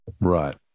Right